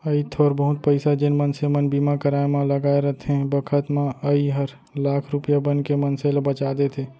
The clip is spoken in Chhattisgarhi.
अइ थोर बहुत पइसा जेन मनसे मन बीमा कराय म लगाय रथें बखत म अइ हर लाख रूपया बनके मनसे ल बचा देथे